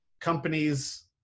companies